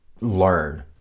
learn